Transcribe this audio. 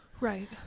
Right